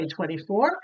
2024